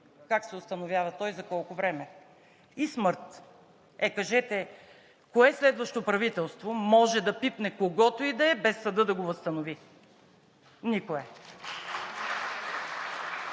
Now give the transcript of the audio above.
как се установява то и за колко време; и смърт“. Е, кажете кое следващо правителство може да пипне когото и да е, без съдът да го възстанови? Никое!